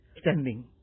Standing